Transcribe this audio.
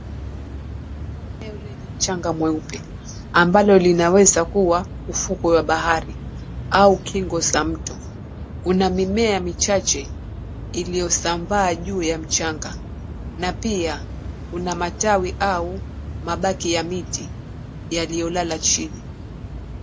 Eneo lenye mchanga mweupe ambalo linaweza kuwa ufukwe wa bahari au kingo za mto, kuna mimea michache iliyosambaa juu ya mchanga na pia kuna matawi au mabaki ya miti yaliyolala chini.